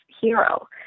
hero